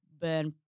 burn